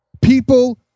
People